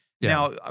now